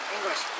English